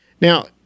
Now